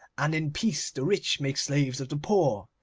and in peace the rich make slaves of the poor.